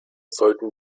sollten